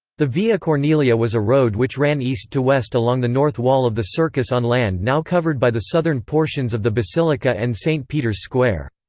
the via cornelia was a road which ran east-to-west along the north wall of the circus on land now covered by the southern portions of the basilica and st. peter's square.